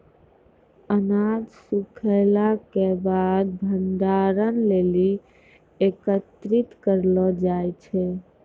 अनाज सूखैला क बाद भंडारण लेलि एकत्रित करलो जाय छै?